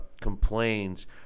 complains